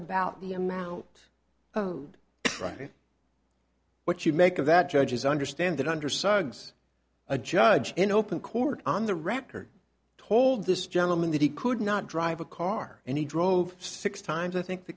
about the amount right what you make of that judges understand that under science a judge in open court on the record told this gentleman that he could not drive a car and he drove six times i think the